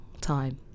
time